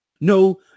No